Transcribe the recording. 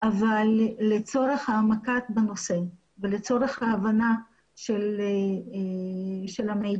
אבל לצורך העמקה בנושא ולצורך ההבנה של המידע